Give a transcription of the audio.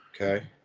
okay